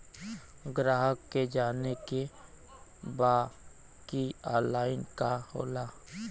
ग्राहक के जाने के बा की ऑनलाइन का होला?